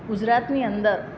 ગુજરાતની અંદર